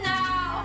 now